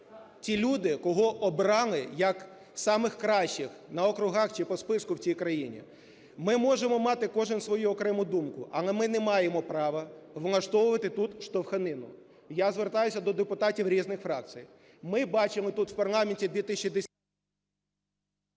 ті люди кого обрали як самих кращих на округах чи по списку в цій країні. Ми можемо мати кожен свою окрему думку, але ми не маємо права влаштовувати тут штовханину. Я звертаюся до депутатів різних фракцій: ми бачимо тут в парламенті 2010...